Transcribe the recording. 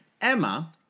Emma